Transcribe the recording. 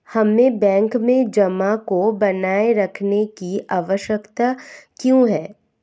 हमें बैंक में जमा को बनाए रखने की आवश्यकता क्यों है?